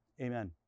amen